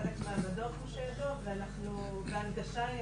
אני אומרת מה המדור חושב פה, והנגשה היא